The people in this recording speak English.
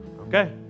Okay